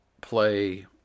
play